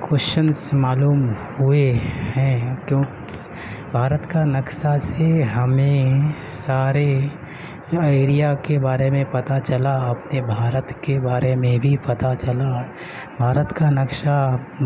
کوششنس معلوم ہوئے ہیں کیوں بھارت کا نقشہ سے ہمیں سارے ایریا کے بارے میں پتہ چلا اپنے بھارت کے بارے میں بھی پتہ چلا بھارت کا نقشہ